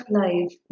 life